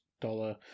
dollar